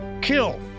Kill